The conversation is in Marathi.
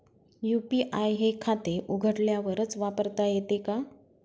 यू.पी.आय हे खाते उघडल्यावरच वापरता येते का?